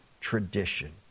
tradition